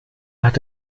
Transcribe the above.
hat